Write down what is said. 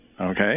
okay